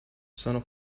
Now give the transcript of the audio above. sono